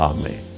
Amen